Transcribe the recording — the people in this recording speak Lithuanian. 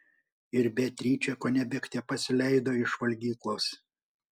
ir beatričė kone bėgte pasileido iš valgyklos